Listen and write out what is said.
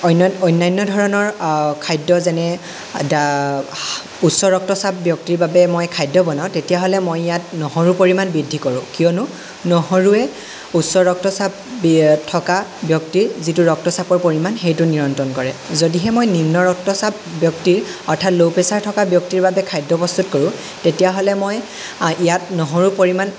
অন্য় অনান্য ধৰণৰ খাদ্য যেনে উচ্চ ৰক্তচাপ ব্যক্তিৰ বাবে মই খাদ্য বনাওঁ তেতিয়াহ'লে মই ইয়াত নহৰুৰ পৰিমাণ বৃদ্ধি কৰোঁ কিয়নো নহৰুৱে উচ্চ ৰক্তচাপ থকা ব্যক্তিক যিটো ৰক্তচাপৰ পৰিমাণ সেইটো নিয়ন্ত্ৰণ কৰে যদিহে মই নিম্ন ৰক্তচাপ ব্যক্তিৰ অৰ্থাৎ বাবে ল' প্ৰেছাৰ থকা ব্যক্তিৰ বাবে খাদ্য প্ৰস্তুত কৰোঁ তেতিয়াহ'লে মই ইয়াত নহৰুৰ পৰিমাণ